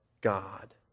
God